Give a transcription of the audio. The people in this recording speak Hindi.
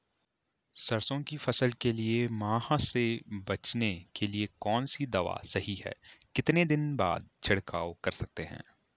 सरसों की फसल के लिए माह से बचने के लिए कौन सी दवा सही है कितने दिन बाद छिड़काव कर सकते हैं?